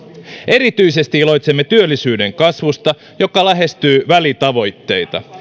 erityisesti iloitsemme työllisyyden kasvusta joka lähestyy välitavoitteita